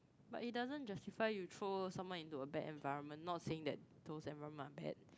but it doesn't justify you throw someone into a bad environment not saying that those environment are bad